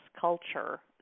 culture